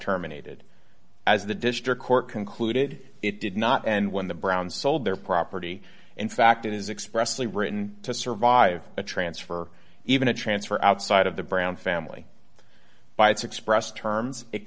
terminated as the district court concluded it did not and when the browns sold their property in fact it is expressed in a written to survive a transfer even a transfer outside of the brown family by its express terms it